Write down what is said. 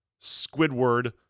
Squidward